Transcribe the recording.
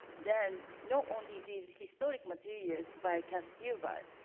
then, not only these historic materials by cass gilbert.